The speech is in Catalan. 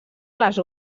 les